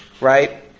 right